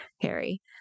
harry